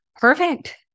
Perfect